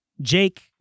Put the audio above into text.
Jake